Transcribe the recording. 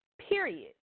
period